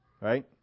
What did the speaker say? Right